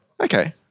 Okay